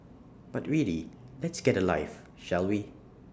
but really let's get A life shall we